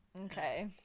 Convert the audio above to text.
Okay